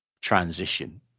transition